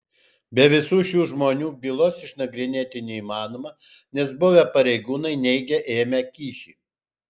be visų šių žmonių bylos išnagrinėti neįmanoma nes buvę pareigūnai neigia ėmę kyšį